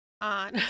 on